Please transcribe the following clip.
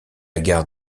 gare